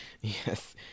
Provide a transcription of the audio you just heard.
Yes